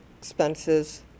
expenses